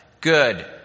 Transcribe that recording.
good